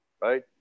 right